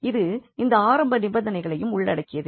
இது இந்த ஆரம்ப நிபந்தனைகளையும் உள்ளடக்கியது